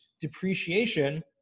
depreciation